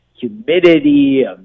humidity